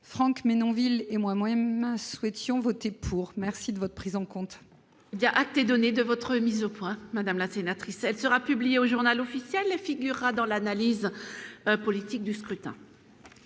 Franck Menonville et moins main souhaitions voté pour, merci de votre prise en compte.